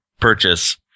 purchase